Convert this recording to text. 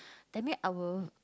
that mean I will